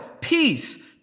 peace